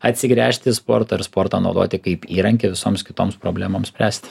atsigręžt į sportą ir sportą naudoti kaip įrankį visoms kitoms problemoms spręsti